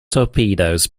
torpedoes